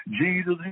Jesus